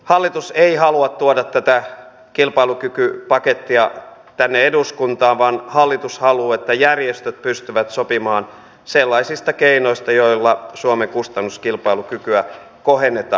hallitus ei halua tuoda tätä kilpailukykypakettia tänne eduskuntaan vaan hallitus haluaa että järjestöt pystyvät sopimaan sellaisista keinoista joilla suomen kustannuskilpailukykyä kohennetaan